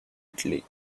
italy